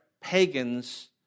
pagans